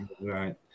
Right